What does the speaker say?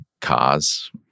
Cars